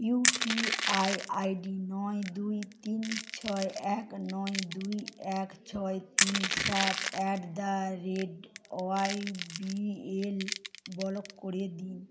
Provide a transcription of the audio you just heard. UPI ID নয় দুই তিন ছয় এক নয় দুই এক ছয় তিন সাত at the rate YBL block করে দিন